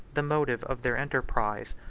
the motive of their enterprise,